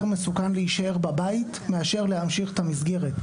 מסוכן להישאר בבית מאשר להמשיך את המסגרת.